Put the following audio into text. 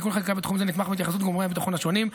תיקון חקיקה בתחום זה נתמך בהתייחסות גורמי הביטחון השונים,